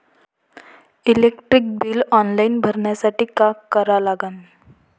Electric bill online भरासाठी का करा लागन?